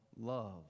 love